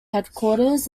headquarters